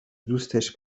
دوستش